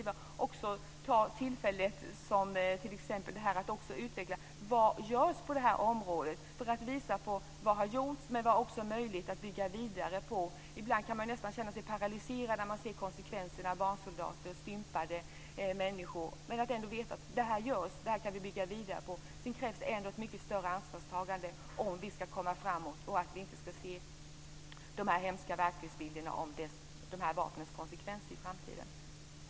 Vi måste vid tillfällen som detta utveckla vad som görs på området, för att visa på vad som har gjorts och vad som är möjligt att bygga vidare på. Ibland kan man nästan känna sig paralyserad när man ser konsekvenserna - barnsoldater och stympade människor. Men det är bra att ändå veta vad som görs och vad vi kan bygga vidare på. Sedan krävs det ändå ett mycket större ansvarstagande om vi ska komma framåt och inte se de här hemska verklighetsbilderna av de här vapnens konsekvenser i framtiden.